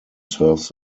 serves